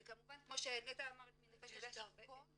וכמובן כמו ש- -- יש דרכון,